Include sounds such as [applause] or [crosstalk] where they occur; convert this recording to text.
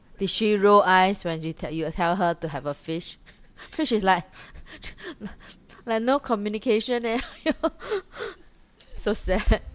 did she roll eyes when you tell you tell her to have a fish fish is like [noise] like no communication eh [laughs] so sad